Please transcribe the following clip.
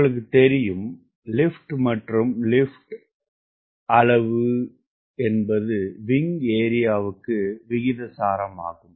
உங்களுக்கு தெரியும் லிப்ட் மற்றும் லிப்ட் அளவு என்பது விங் ஏரியாவுக்கு விகிதாசாரமாகும்